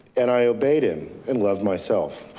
and i obeyed him and loved myself.